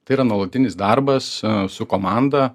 tai yra nuolatinis darbas su komanda